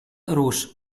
russe